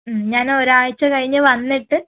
ഉം ഞാനൊരാഴ്ച്ച കഴിഞ്ഞ് വന്നിട്ട്